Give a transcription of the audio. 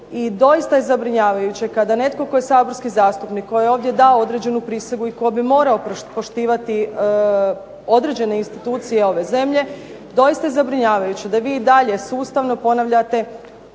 doista je zabrinjavajuće kada netko tko je saborsko zastupnik koji je ovdje dao određenu prisegu i koji bi morao poštivati određene institucije ove zemlje, doista je zabrinjavajuće da i vi i dalje sustavno ponavljate